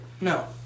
No